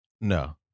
No